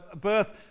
birth